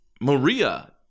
Maria